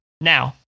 now